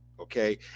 okay